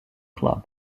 club